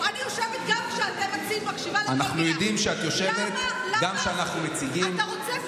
אבל אם אתה רוצה פטור